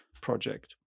project